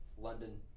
London